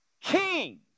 king